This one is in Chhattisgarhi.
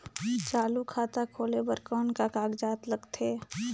चालू खाता खोले बर कौन का कागजात लगथे?